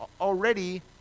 already